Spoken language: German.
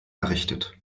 errichtet